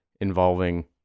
involving